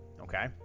Okay